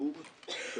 לחיוב של